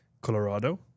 Colorado